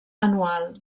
anual